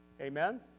Amen